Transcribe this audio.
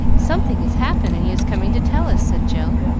something has happened, and he is coming to tell us, said jill,